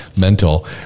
mental